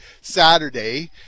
Saturday